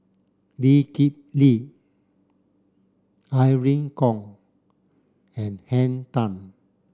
Lee Kip Lee Irene Khong and Henn Tan